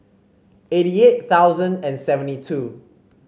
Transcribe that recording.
eighty eight thousand and seventy two